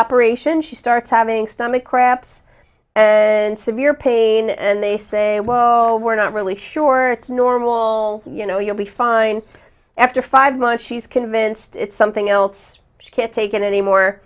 operation she starts having stomach cramps and severe pain and they say well we're not really sure it's normal you know you'll be fine after five months she's convinced it's something else she can't take it anymore